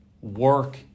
work